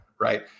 right